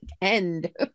End